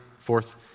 Fourth